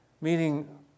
meaning